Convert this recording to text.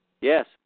Yes